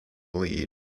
lead